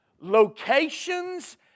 locations